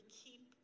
keep